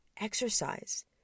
exercise